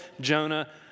Jonah